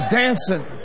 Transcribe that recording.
dancing